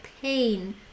pain